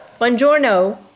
Buongiorno